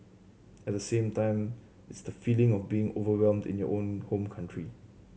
at the same time it's the feeling of being overwhelmed in your own home country